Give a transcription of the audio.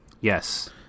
Yes